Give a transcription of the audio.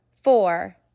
four